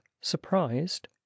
surprised